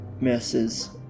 messes